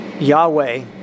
Yahweh